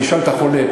תשאל את החולה.